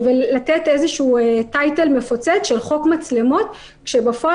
ולתת איזשהו title מפוצץ כאשר בפועל,